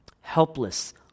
Helpless